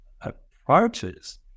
approaches